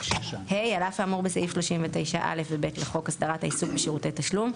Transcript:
(ה) על אף האמור בסעיף 39(א) ו (ב) לחוק הסדרת העיסוק בשירותי תשלום,